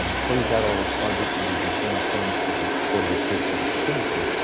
um closed out all those projects and we returned funds to the board of education for the contingency.